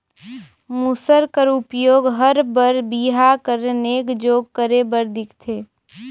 मूसर कर उपियोग हर बर बिहा कर नेग जोग करे बर दिखथे